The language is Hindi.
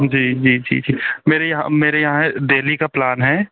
जी जी जी जी मेरे यहाँ मेरे यहाँ डेली का प्लान है